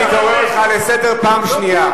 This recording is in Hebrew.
אני קורא אותך לסדר פעם שנייה.